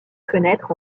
fenêtre